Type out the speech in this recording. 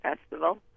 festival